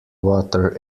water